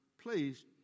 please